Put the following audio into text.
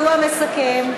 והוא המסכם,